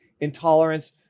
intolerance